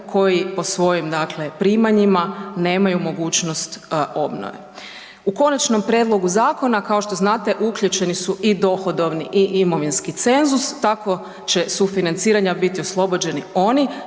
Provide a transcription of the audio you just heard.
koji, po svojim dakle, primanjima, nemaju mogućnost obnove. U konačnom prijedlogu zakona, kao što znate, uključeni su i dohodovni i imovinski cenzus. Tako će sufinanciranja biti oslobođeni oni